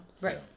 right